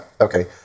Okay